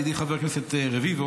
ידידי חבר הכנסת רביבו,